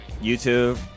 YouTube